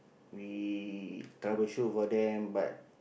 we troubleshoot for them but